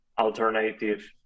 alternative